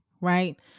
right